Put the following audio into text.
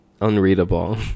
Unreadable